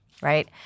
right